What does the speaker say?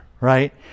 right